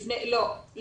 לא.